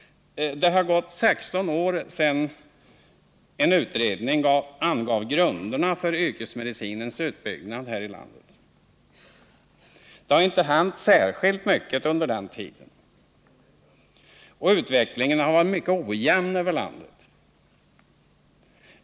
Det har gått 16 år sedan en utredning angav grunderna för yrkesmedicinens utbyggnad här i landet. Det har inte hänt särskilt mycket under den tiden. Utvecklingen har varit mycket ojämn över landet.